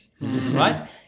right